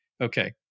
Okay